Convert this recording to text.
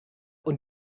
und